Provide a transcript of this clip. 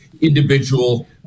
individual